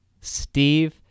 Steve